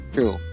True